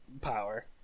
power